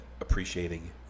appreciating